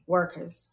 workers